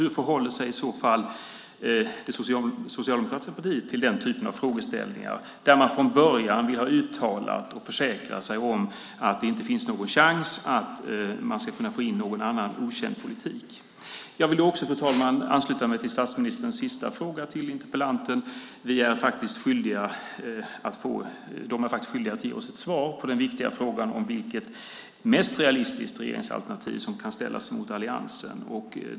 Hur förhåller sig i så fall det socialdemokratiska partiet till den typen av frågeställningar då man från början vill ha uttalat och försäkra sig om att det inte finns någon chans att få in någon annan okänd politik? Jag vill också, fru talman, ansluta mig till statsministerns sista fråga till interpellanten. Man är skyldig att ge oss ett svar på den viktiga frågan om vilket mest realistiskt regeringsalternativ som kan ställas mot alliansen.